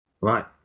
right